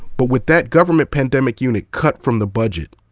but with that government pandemic unit cut from the budget,